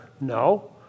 No